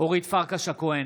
אורית פרקש הכהן,